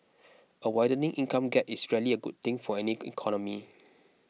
a widening income gap is rarely a good thing for any economy